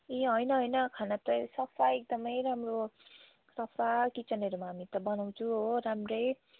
ए होइन होइन खाना त सफा एकदमै राम्रो सफा किचनहरूमा हामी त बनाउँछौँ हो राम्रै